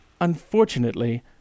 Unfortunately